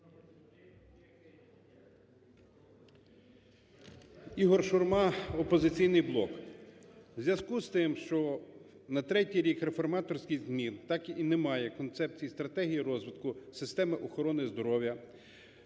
Ігор Шурма, "Опозиційний блок". У зв'язку з тим, що на третій рік реформаторських змін так і немає концепції стратегії розвитку системи охорони здоров'я,